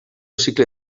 cicle